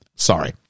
sorry